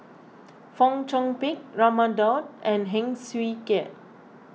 Fong Chong Pik Raman Daud and Heng Swee Keat